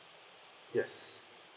yes